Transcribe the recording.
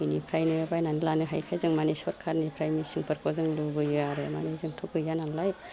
बिनिफ्रायनो बायनानै लानो हायैखाय जों मानि सरखारनिफ्राय मिसिनफोरखौ जों लुबैयो आरो मानि जोंथ' गैया नालाय